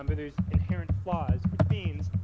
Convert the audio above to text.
and there's inherent flaws. which means,